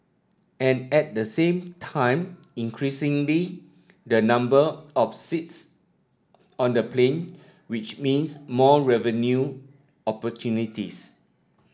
and at the same time increasingly the number of seats on the plane which means more revenue opportunities